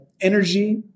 energy